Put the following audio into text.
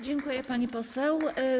Dziękuję, pani poseł.